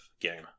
game